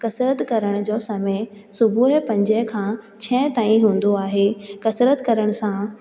कसरत करण जो समय सुबुह जो पंजे खां छह ताईं हूंदो आहे कसरत करण सां